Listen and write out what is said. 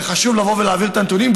וחשוב לבוא ולהבהיר את הנתונים,